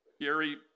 Gary